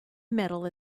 metal